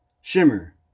Shimmer